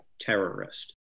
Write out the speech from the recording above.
terrorist